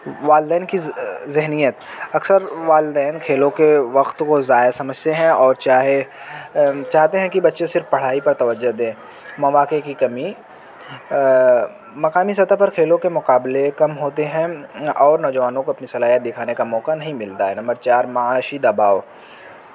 والدین کی ذہنیت اکثر والدین کھیلوں کے وقت کو ضائع سمجھتے ہیں اور چاہے چاہتے ہیں کہ بچے صرف پڑھائی پر توجہ دیں مواقع کی کمی مقامی سطح پر کھیلوں کے مقابلے کم ہوتے ہیں اور نوجوانوں کو اپنی صلاحت دکھانے کا موقع نہیں ملتا ہے نمبر چار معاشی دباؤ